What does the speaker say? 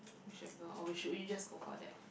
you should know or we should we just go for that